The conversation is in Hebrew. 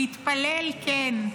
להתפלל, כן,